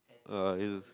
uh is